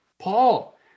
Paul